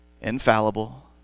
infallible